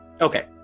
Okay